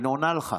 היא עונה לך.